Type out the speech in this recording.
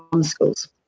schools